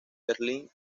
berlín